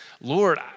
Lord